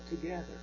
together